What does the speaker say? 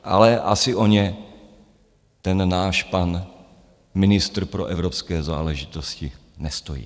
Ale asi o ně ten náš pan ministr pro evropské záležitosti nestojí.